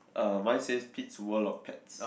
uh one says Pete's world of pets